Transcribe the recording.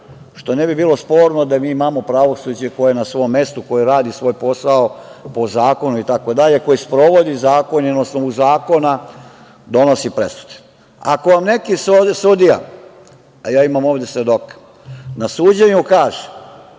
što ne bi bilo sporno da mi imamo pravosuđe koje je na svom mestu, koje radi svoj posao po zakonu itd, koje sprovodi zakon i na osnovu zakona donosi presude. Ako vam neki sudija, a ja imam ovde svedoke, na suđenju kaže,